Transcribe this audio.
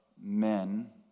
men